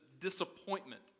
disappointment